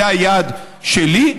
זה היעד שלי.